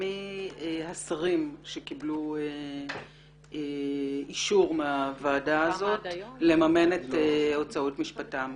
מי השרים שקיבלו אישור מהוועדה הזאת לממן את הוצאות משפטם.